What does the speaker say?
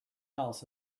else